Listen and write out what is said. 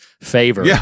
favor